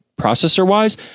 processor-wise